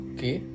Okay